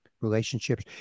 relationships